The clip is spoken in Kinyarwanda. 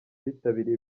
bitabiriye